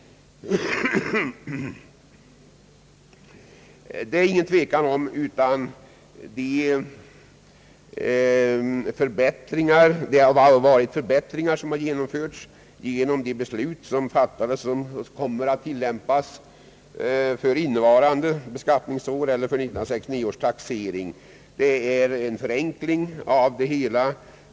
Det råder ingen tvekan om att det har genomförts förbättringar genom de beslut som har fattats. Dessa förbättringar kommer att tillämpas för innevarande beskattningsår, eller vid 1969 års taxering. De innebär en förenkling av det hela.